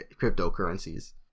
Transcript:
cryptocurrencies